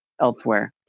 elsewhere